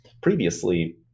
previously